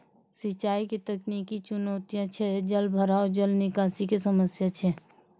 सिंचाई के तकनीकी चुनौतियां छै जलभराव, जल निकासी के समस्या छै